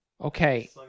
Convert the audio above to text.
Okay